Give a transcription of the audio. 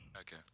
Okay